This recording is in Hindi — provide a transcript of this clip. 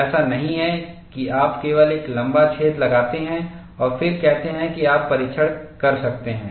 ऐसा नहीं है कि आप केवल एक लम्बा छेद लगाते हैं और फिर कहते हैं कि आप परीक्षण कर सकते हैं